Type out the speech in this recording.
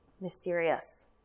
mysterious